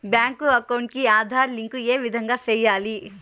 Bank account కి Aadhaar link ఏ విధంగా సెయ్యాలి?